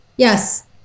Yes